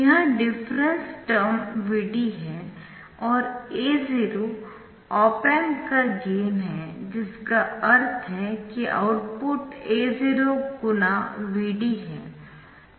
यह difference term Vd है और A0 ऑप एम्प का गेन है जिसका अर्थ है कि आउटपुट A0 Vd है